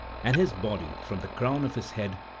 and his body, from the crown of his head,